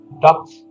ducks